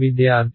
విద్యార్థి